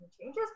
changes